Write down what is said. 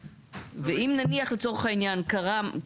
ואם נניח לצורך העניין קרה.